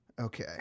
Okay